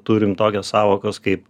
turim tokias sąvokas kaip